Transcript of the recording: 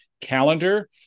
calendar